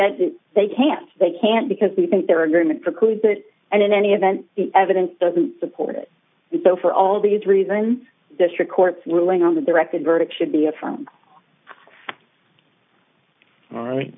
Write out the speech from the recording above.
that they can't they can't because they think there are agreement precludes that and in any event the evidence doesn't support it so for all these reasons district court's ruling on the directed verdict should be a